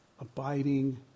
abiding